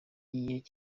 rero